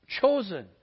chosen